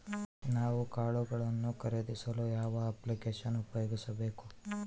ನಾನು ಕಾಳುಗಳನ್ನು ಖರೇದಿಸಲು ಯಾವ ಅಪ್ಲಿಕೇಶನ್ ಉಪಯೋಗಿಸಬೇಕು?